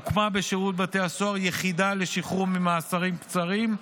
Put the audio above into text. הוקמה בשירות בתי הסוהר יחידה לשחרור ממאסרים קצרים,